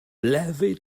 levy